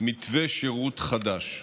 מתווה שירות חדש.